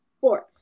Four